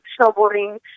snowboarding